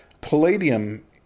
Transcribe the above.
palladium